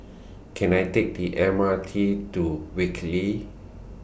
Can I Take The M R T to Whitley